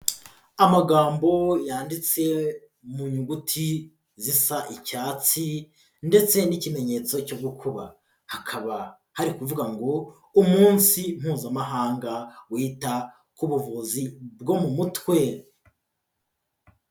Amagambo yanditse mu nyuguti zisa icyatsi, ndetse n'ikimenyetso cyo gukuba, hakaba hari kuvuga ngo: Umunsi Mpuzamahanga wita k'ubuvuzi bwo mu mutwe.